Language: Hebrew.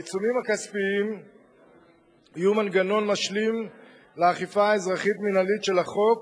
העיצומים הכספיים יהיו מנגנון משלים לאכיפה האזרחית-מינהלית של החוק